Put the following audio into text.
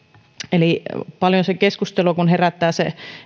eli kun paljon keskustelua herättää se